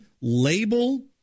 label